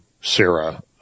Sarah